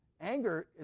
Anger